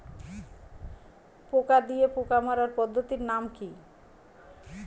পোকা দিয়ে পোকা মারার পদ্ধতির নাম কি?